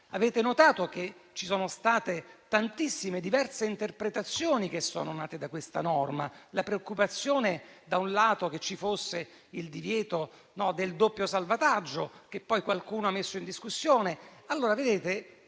avrete notato che ci sono state tantissime diverse interpretazioni che sono nate da questa norma, con la preoccupazione - da un lato - che ci fosse il divieto del doppio salvataggio, che poi qualcuno ha messo in discussione.